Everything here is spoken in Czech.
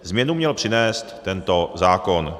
Změnu měl přinést tento zákon.